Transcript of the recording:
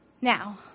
Now